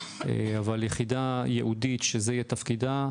אבל יחידה ייעודית שזה יהיה תפקידה,